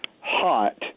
hot